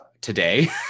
today